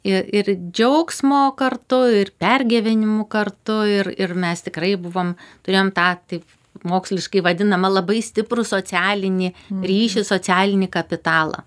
i ir džiaugsmo kartu ir pergyvenimų kartu ir ir mes tikrai buvom turėjom tą taip moksliškai vadinamą labai stiprų socialinį ryšį socialinį kapitalą